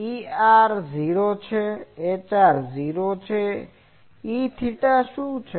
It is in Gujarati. Er 0 છે Hr 0 છે Eθ શું છે